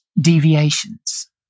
deviations